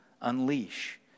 unleash